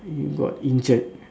he got injured